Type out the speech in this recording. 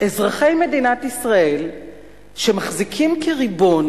אזרחי מדינת ישראל שמחזיקים כריבון